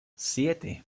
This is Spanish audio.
siete